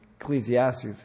Ecclesiastes